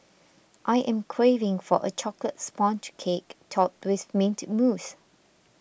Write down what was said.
I am craving for a Chocolate Sponge Cake Topped with Mint Mousse